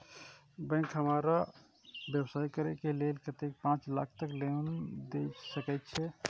Bank का हमरा व्यवसाय करें के लेल कतेक पाँच लाख तक के लोन दाय सके छे?